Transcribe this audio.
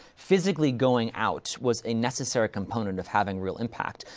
physically going out was a necessary component of having real impact,